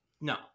No